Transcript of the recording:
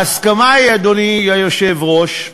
ההסכמה היא, אדוני היושב-ראש,